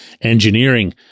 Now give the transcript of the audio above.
engineering